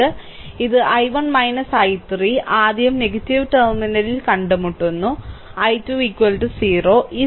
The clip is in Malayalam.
ഇത് I1 I3 ഇത് ആദ്യം നെഗറ്റീവ് ടെർമിനൽ കണ്ടുമുട്ടുന്നു 12 0